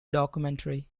documentary